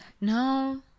No